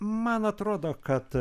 man atrodo kad